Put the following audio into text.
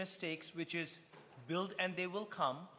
mistakes which is build and they will come